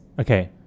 okay